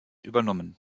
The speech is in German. übernommen